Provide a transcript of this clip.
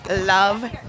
love